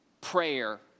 prayer